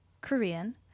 Korean